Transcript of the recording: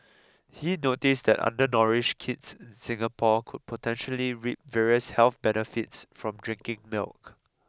he noticed that undernourished kids in Singapore could potentially reap various health benefits from drinking milk